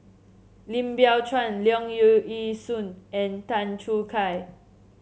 Lim Biow Chuan Leong Yee Soo and Tan Choo Kai